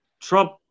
Trump